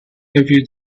every